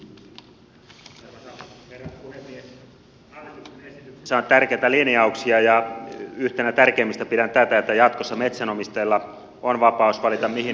hallituksen esityksessä on tärkeitä linjauksia ja yhtenä tärkeimmistä pidän tätä että jatkossa metsänomistajalla on vapaus valita mihin yhdistykseen hän kuuluu